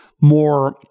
more